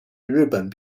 日本